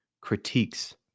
critiques